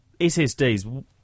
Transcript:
SSDs